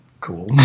cool